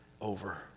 over